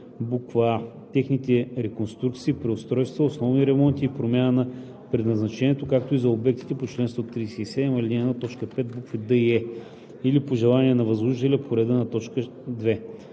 буква „а“, техните реконструкции, преустройства, основни ремонти и промяна на предназначението, както и за обектите по чл. 137, ал. 1, т. 5, букви „д“ и „е“ или по желание на възложителя – по реда на т. 2; 2.